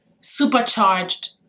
supercharged